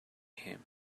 him